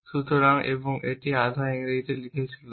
সুতরাং এবং এটি আধা ইংরেজিতে লিখছিলাম